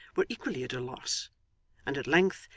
were equally at a loss and at length,